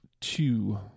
Two